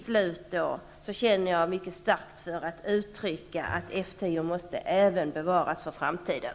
Slutligen känner jag mycket starkt för att även F 10 bör bevaras för framtiden.